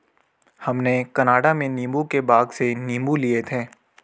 हमने कनाडा में नींबू के बाग से नींबू लिए थे